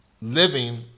living